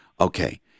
Okay